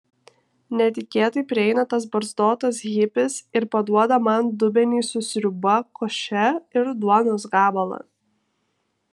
netikėtai prieina tas barzdotas hipis ir paduoda man dubenį su sriuba koše ir duonos gabalą